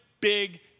big